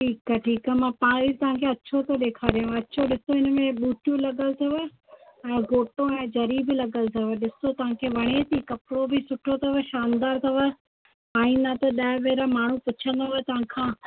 ठीकु आहे ठीकु आहे मां पहिरीं तव्हांखे अछो थो ॾेखारियांव अछो ॾिसो इन में ॿूटियूं लॻलि अथव ऐं गोटो ऐं ज़री बि लॻलि अथव ॾिसो तव्हांखे वणे थी कपिड़ो बि सुठो अथव शानदार अथव ऐं न त ॾह भेरा माण्हू पुछंदव तव्हां खां